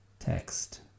text